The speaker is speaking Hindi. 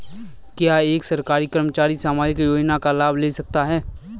क्या एक सरकारी कर्मचारी सामाजिक योजना का लाभ ले सकता है?